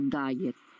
diet